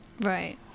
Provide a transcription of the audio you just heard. Right